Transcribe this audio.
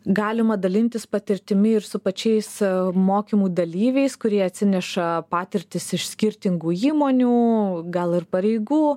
galima dalintis patirtimi ir su pačiais mokymų dalyviais kurie atsineša patirtis iš skirtingų įmonių gal ir pareigų